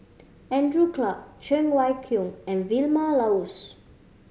Andrew Clarke Cheng Wai Keung and Vilma Laus